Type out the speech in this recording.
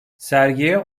sergiye